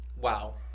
wow